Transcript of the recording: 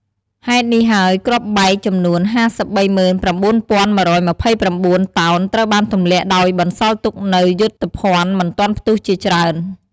ហេតុនេះហើយគ្រាប់បែក ចំនួន ៥៣៩,១២៩ តោនត្រូវបានទម្លាក់ដោយបន្សល់ទុកនូវយុទ្ធភណ្ឌមិនទាន់ផ្ទុះជាច្រើន។